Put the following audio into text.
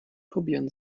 probieren